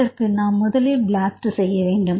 அதற்கு நாம் முதலில் பிளாஸ்ட் செய்ய வேண்டும்